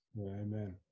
amen